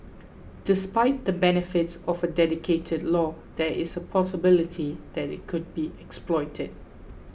despite the benefits of a dedicated law there is a possibility that it could be exploited